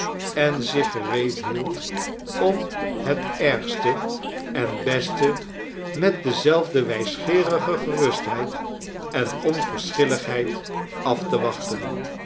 en zich gereed hield om het ergste en beste met dezelfde wijsgeerige gerustheid en onverschilligheid af te wachten